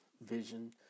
vision